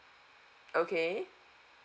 okay